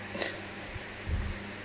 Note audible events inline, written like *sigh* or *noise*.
*laughs*